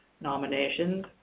nominations